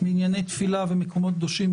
מנייני תפילה ומקומות קדושים,